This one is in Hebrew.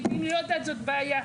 אם היא לא יודעת זאת בעיה,